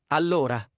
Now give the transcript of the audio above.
allora